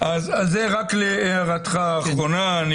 זה רק להערכתך האחרונה.